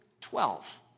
Twelve